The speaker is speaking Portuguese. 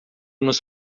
nos